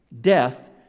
Death